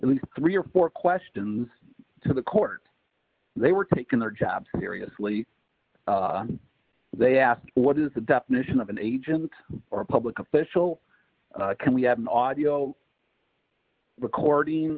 e three or four questions to the court they were taking their job seriously they asked what is the definition of an agent or a public official can we have an audio recording